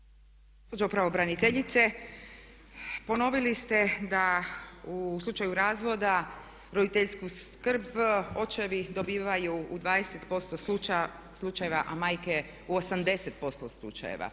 Gospođo pravobraniteljice, ponovili ste da u slučaju razvoda roditeljsku skrb očevi dobivaju u 20% slučajeva a majke u 80% slučajeva.